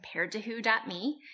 ComparedToWho.me